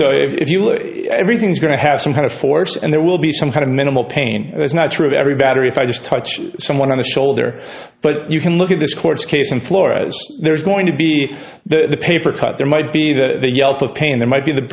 so if you look everything's going to have some kind of force and there will be some kind of minimal pain it's not true of every battery if i just touch someone on the shoulder but you can look at this court's case in florida there's going to be the paper cut there might be that yelp of pain there might be the